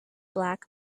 black